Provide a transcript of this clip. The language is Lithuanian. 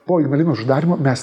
po ignalinos uždarymo mes